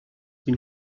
been